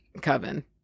Coven